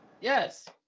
Yes